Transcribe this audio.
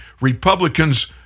Republicans